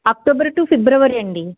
October to February అండి